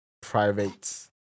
private